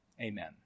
Amen